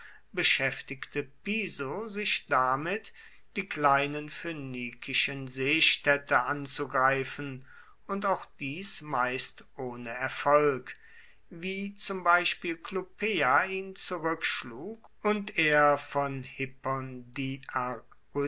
beschäftigte piso sich damit die kleinen phönikischen seestädte anzugreifen und auch dies meist ohne erfolg wie zum beispiel clupea ihn zurückschlug und er von hippon